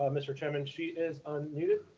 um mr. chairman, she is unmuted.